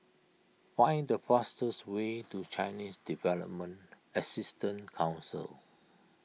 find the fastest way to Chinese Development Assistance Council